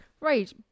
Right